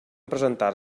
presentar